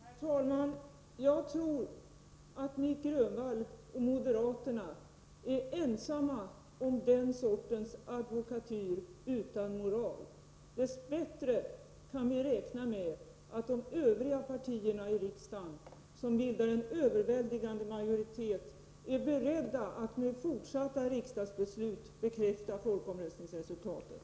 Herr talman! Jag tror att Nic Grönvall och moderaterna är ensamma om den sortens advokatyr utan moral. Dess bättre kan vi räkna med att de övriga partierna i riksdagen, som utgör en överväldigande majoritet, är beredda att med fortsatta riksdagsbeslut bekräfta folkomröstningsresultatet.